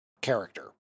character